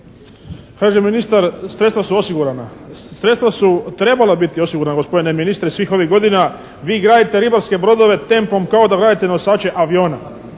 Kaže ministar sredstva su osigurana. Sredstva su trebala biti osigurana gospodine ministre svih ovih godina. Vi gradite ribarske brodove tempom kao da gradite nosače aviona.